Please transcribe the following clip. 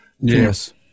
Yes